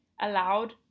allowed